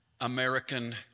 American